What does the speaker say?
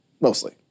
Mostly